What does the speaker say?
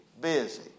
busy